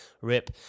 rip